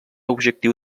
objectiu